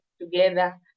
together